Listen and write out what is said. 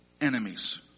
enemies